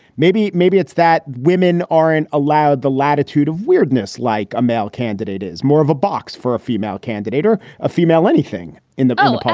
maybe. maybe it's that women aren't allowed the latitude of weirdness like a male candidate is more of a box for a female candidate or a female. anything in the bill?